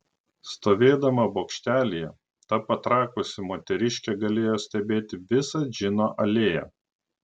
stovėdama bokštelyje ta patrakusi moteriškė galėjo stebėti visą džino alėją